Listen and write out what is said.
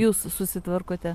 jūs susitvarkote